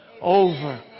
over